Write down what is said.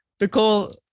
Nicole